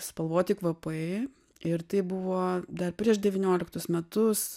spalvoti kvapai ir tai buvo dar prieš devynioliktus metus